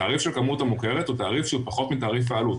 התעריף של הכמות המוכרת הוא תעריף שהוא פחות מתעריף העלות.